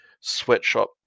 sweatshop